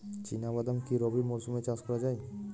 চিনা বাদাম কি রবি মরশুমে চাষ করা যায়?